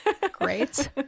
Great